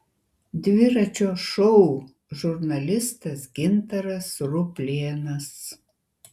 dviračio šou žurnalistas gintaras ruplėnas